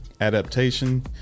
adaptation